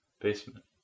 basement